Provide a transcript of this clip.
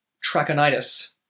Trachonitis